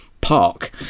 park